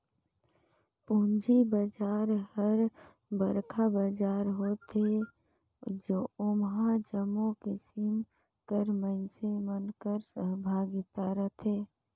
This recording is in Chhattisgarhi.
पूंजी बजार हर बड़खा बजार होथे ओम्हां जम्मो किसिम कर मइनसे मन कर सहभागिता रहथे